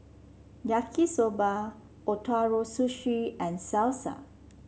Yaki Soba Ootoro Sushi and Salsa